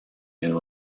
new